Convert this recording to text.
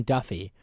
Duffy